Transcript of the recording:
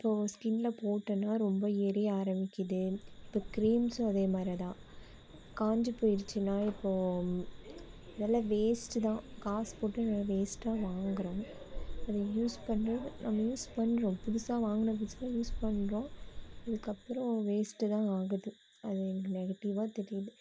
இப்போது ஸ்கின்ல போட்டோன்னா ரொம்ப எரிய ஆரமிக்குது இப்போ கிரீம்ஸும் அதே மாதிரி தான் காஞ்சு போய்டிச்சின்னா இப்போது அதெல்லாம் வேஸ்ட் தான் காசு போட்டு எல்லாம் வேஸ்ட்டாக வாங்கிறோம் அதை யூஸ் பண்றது நம்ம யூஸ் பண்றோம் புதுசாக வாங்கின புதுசுல யூஸ் பண்ணுறோம் அதுக்கு அப்புறம் வேஸ்ட் தான் ஆகுது அது எனக்கு நெகட்டிவாக தெரியுது